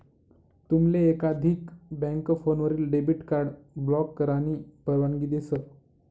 तुमले एकाधिक बँक फोनवरीन डेबिट कार्ड ब्लॉक करानी परवानगी देस